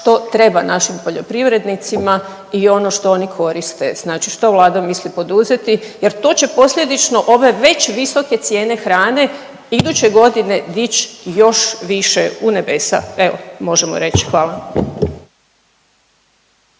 što treba našim poljoprivrednicima i ono što oni koriste, znači što vlada misli poduzeti jer to će posljedično ove već visoke cijene hrane iduće godine dić još više u nebesa, evo možemo reć hvala.